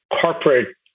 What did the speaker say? corporate